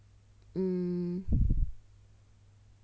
um I don't know leh